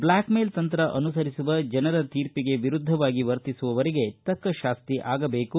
black mail ತಂತ್ರ ಅನುಸರಿಸುವ ಜನರ ತೀರ್ಪಿಗೆ ವಿರುದ್ದ ವರ್ತಿಸುವವರಿಗೆ ತಕ್ಕ ಶಾಸ್ತಿ ಆಗಬೇಕು